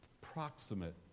proximate